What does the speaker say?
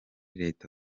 leta